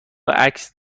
عکس